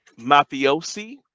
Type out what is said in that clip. mafiosi